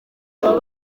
aba